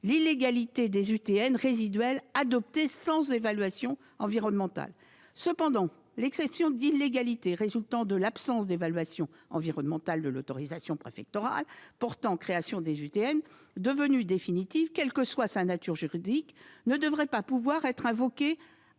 autorisations UTN résiduelles adoptées sans évaluation environnementale. Cependant, l'exception d'illégalité résultant de l'absence d'évaluation environnementale de l'autorisation préfectorale portant création d'une UTN devenue définitive, quelle que soit sa nature juridique, ne devrait pas pouvoir être invoquée